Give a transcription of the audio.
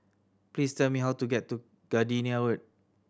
please tell me how to get to Gardenia Road